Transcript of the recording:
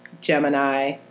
Gemini